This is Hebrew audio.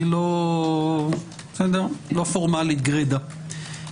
היא לא פורמלית גרידה.